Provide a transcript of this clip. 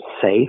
safe